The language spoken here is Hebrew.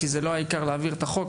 כי זה לא העיקר להעביר את החוק.